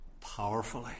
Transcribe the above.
powerfully